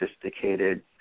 sophisticated